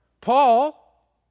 Paul